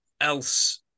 else